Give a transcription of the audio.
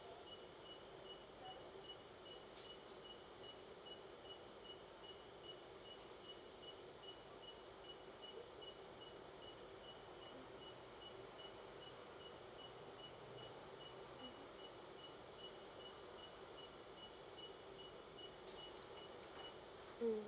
mm